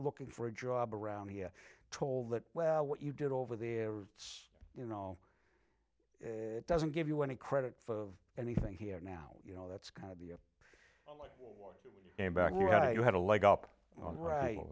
looking for a job around here told that well what you did over there it's you know doesn't give you any credit for anything here now you know that's kind of your you had a leg up on right